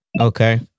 Okay